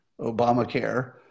Obamacare